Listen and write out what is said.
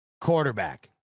Quarterback